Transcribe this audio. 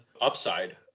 upside